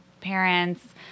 parents